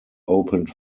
opened